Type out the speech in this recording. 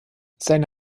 seine